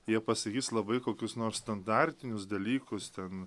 jie pasakys labai kokius nors standartinius dalykus ten